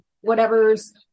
whatever's